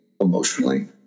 emotionally